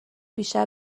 بیشتر